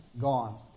gone